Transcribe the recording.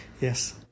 yes